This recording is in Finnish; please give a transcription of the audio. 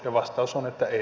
ja vastaus on että ei